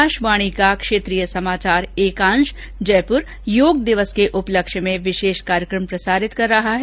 आकाशवाणी का क्षेत्रीय समाचार एकांश जयपुर योग दिवस के उपलक्ष्य में विशेष कार्यक्रम प्रसारित कर रहा है